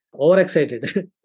overexcited